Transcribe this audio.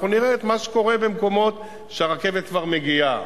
אנחנו נראה את מה קורה במקומות אלה כשהרכבת כבר מגיעה.